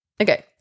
Okay